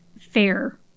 fair